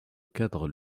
cadre